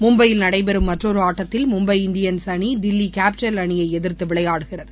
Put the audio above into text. மும்பையில் நடைபெறும் மற்றொரு ஆட்டத்தில் மும்பை இந்தியன்ஸ் அணி தில்லி கேப்பிடல் அணியை எதிர்த்து விளையாடுகிறது